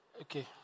okay